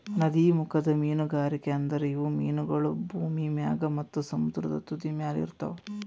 ನದೀಮುಖದ ಮೀನುಗಾರಿಕೆ ಅಂದುರ್ ಇವು ಮೀನಗೊಳ್ ಭೂಮಿ ಮ್ಯಾಗ್ ಮತ್ತ ಸಮುದ್ರದ ತುದಿಮ್ಯಲ್ ಇರ್ತಾವ್